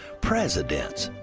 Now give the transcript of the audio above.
presidents,